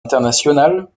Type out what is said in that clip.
internationale